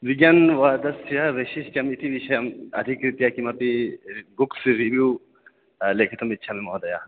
विज्ञानवादस्य वैशिष्ट्यम् इति विषयम् अधिकृत्य किमपि बुक्स् रिव्यु लेखितुम् इच्छामि महोदय